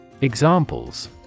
Examples